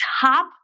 top